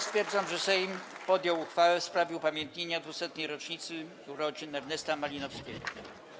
Stwierdzam, że Sejm podjął uchwałę w sprawie upamiętnienia 200. rocznicy urodzin Ernesta Malinowskiego.